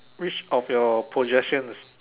which of your possessions